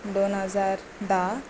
दोन हजार धा